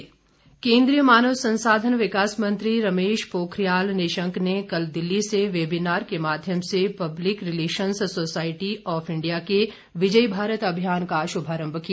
अभियान केन्द्रीय मानव संसाधन विकास मंत्री रमेश पोखरियाल निशंक ने कल दिल्ली से वेबिनार के माध्यम से public relations society of India के विजयी भारत अभियान का श्भारंभ किया